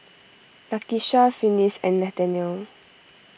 Nakisha Finis and Nathanial